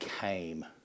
came